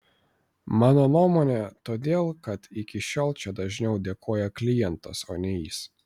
mano nuomone todėl kad iki šiol čia dažniau dėkoja klientas o ne jis